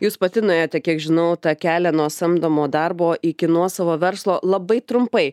jūs pati nuėjote kiek žinau tą kelią nuo samdomo darbo iki nuosavo verslo labai trumpai